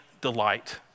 delight